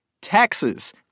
Taxes